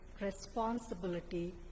responsibility